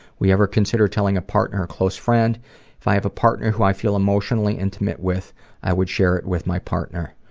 ever consider telling a partner or close friend if i have a partner who i feel emotionally intimately with i would share it with my partner.